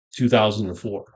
2004